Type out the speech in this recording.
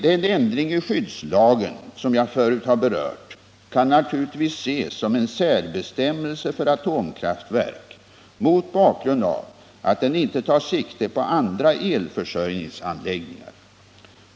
Den ändring i skyddslagen som jag förut har berört kan naturligtvis ses som en särbestämmelse för atomkraftverk mot bakgrund av att den inte tar sikte på andra elförsörjningsanläggningar.